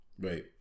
Right